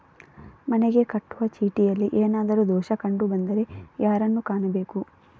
ಮನೆಗೆ ಕಟ್ಟುವ ಚೀಟಿಯಲ್ಲಿ ಏನಾದ್ರು ದೋಷ ಕಂಡು ಬಂದರೆ ಯಾರನ್ನು ಕಾಣಬೇಕು?